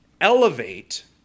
elevate